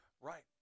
Right